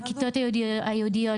לכיתות הייעודיות,